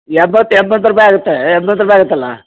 ಎಂಬತ್ತು ಎಂಬತ್ತು ರೂಪಾಯಿ ಆಗತ್ತೆ ಎಂಬತ್ತು ರೂಪಾಯಿ ಆಗುತ್ತಲ್ಲ